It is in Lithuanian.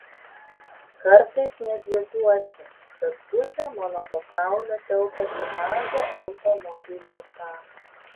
kartais net juokiuosi kad pusė mano pasaulio telpa į mažą automobiliuką